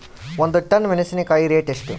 ಒಂದು ಟನ್ ಮೆನೆಸಿನಕಾಯಿ ರೇಟ್ ಎಷ್ಟು?